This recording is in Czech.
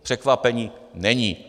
Překvapení není!